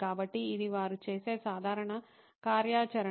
కాబట్టి ఇది వారు చేసే సాధారణ కార్యాచరణ